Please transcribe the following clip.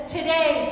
Today